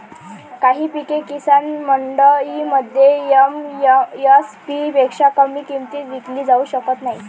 काही पिके किसान मंडईमध्ये एम.एस.पी पेक्षा कमी किमतीत विकली जाऊ शकत नाहीत